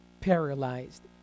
Paralyzed